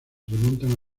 remontan